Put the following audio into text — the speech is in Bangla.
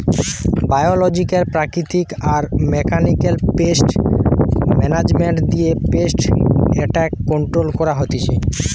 বায়লজিক্যাল প্রাকৃতিক আর মেকানিক্যাল পেস্ট মানাজমেন্ট দিয়ে পেস্ট এট্যাক কন্ট্রোল করা হতিছে